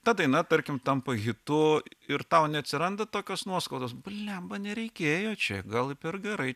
ta daina tarkim tampa hitu ir tau neatsiranda tokios nuoskaudos bliamba nereikėjo čia gal per gerai